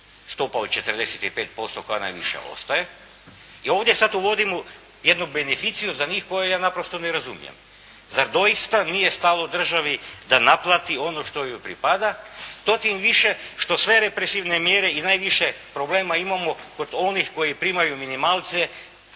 stopa od 45% pa najviša ostaje i ovdje sada uvodimo jednu beneficiju za njih, koju ja naprosto ne razumijem. Zar doista nije stalo državi da naplati ono što joj pripada, to tim više što sve represivne mjere i najviše problema imamo kod onih koji primaju minimalce